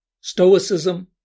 Stoicism